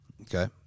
Okay